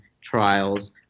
trials